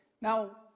Now